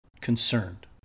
concerned